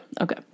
okay